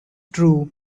true